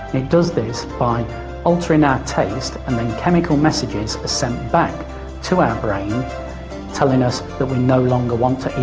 it does things by altering our taste and then chemical messages are sent back to our brain telling us that we no longer want to eat